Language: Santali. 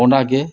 ᱚᱱᱟᱜᱮ